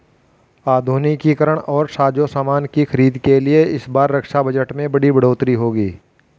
आधुनिकीकरण और साजोसामान की खरीद के लिए इस बार रक्षा बजट में बड़ी बढ़ोतरी होगी